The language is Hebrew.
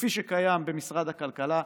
כפי שקיים במשרד הכלכלה,